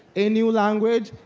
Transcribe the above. a new language,